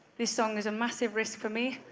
this song is a massive risk for me.